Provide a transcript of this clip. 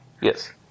Yes